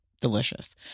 delicious